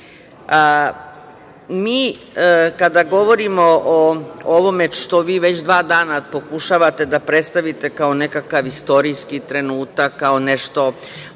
smisla.kada govorimo o ovome što vi već dva dana pokušavate da predstavite kao nekakav istorijski trenutak, kao nešto